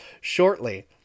shortly